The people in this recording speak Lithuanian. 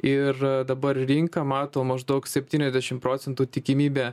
ir dabar rinka mato maždaug septyniasdešimt procentų tikimybę